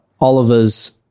Oliver's